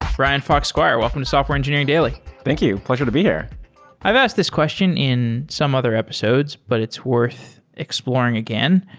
ryan fox squire, welcome to software engineering daily thank you. pleasure to be here i've asked this question in some other episodes, but it's worth exploring again.